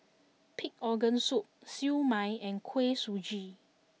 Pig Organ Soup Siew Mai and Kuih Suji